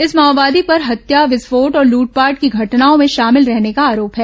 इस माओवादी पर हत्या विस्फोट और लुटपाट की घटनाओं में शामिल रहने का आरोप है